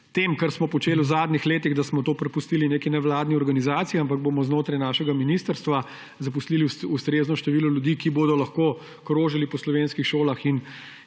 kar smo počeli v zadnjih letih, da smo to prepustili neki nevladni organizaciji, ampak bomo znotraj našega ministrstva zaposlili ustrezno število ljudi, ki bodo lahko krožili po slovenskih šolah in